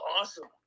awesome